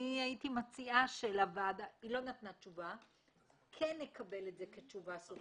אני הייתי מציעה שכן נקבל את זה כתשובה סופית,